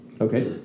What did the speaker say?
okay